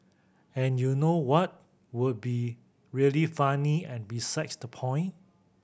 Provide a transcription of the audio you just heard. and you know what would be really funny and besides the point